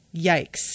yikes